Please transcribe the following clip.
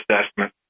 assessment